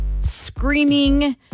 screaming